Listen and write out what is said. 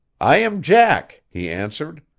i am jack, he answered.